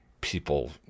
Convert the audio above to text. people